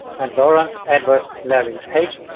and lawrence edward larry page,